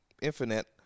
Infinite